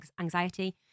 anxiety